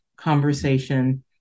conversation